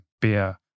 beer